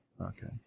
okay